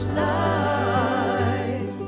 life